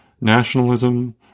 nationalism